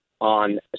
on